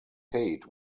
tate